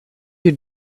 you